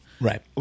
Right